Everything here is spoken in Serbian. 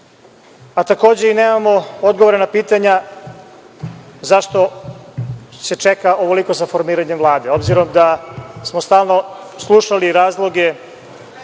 a takođe i nemamo odgovore na pitanja zašto se čeka ovoliko za formiranje Vlade, obzirom da smo stalno slušali razloge